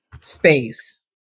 space